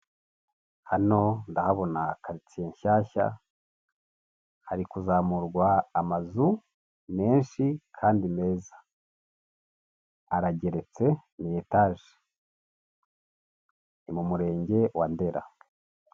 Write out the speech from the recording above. Hano ndahabona karitsiye nshyashya, hari kuzamurwa amazu menshi kandi meza, arageretse ni etaje, ni mu murenge wa Ndera.